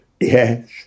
Yes